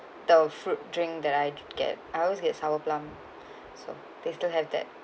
the fruit drink that I get I always get sour plum so they still have that